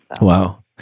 Wow